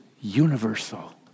universal